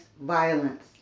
violence